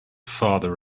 father